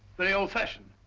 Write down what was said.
very old fashioned.